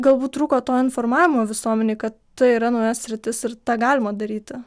galbūt trūko to informavimo visuomenėj kad tai yra nauja sritis ir tą galima daryti